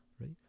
right